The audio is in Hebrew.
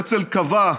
הרצל קבע: